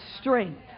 strength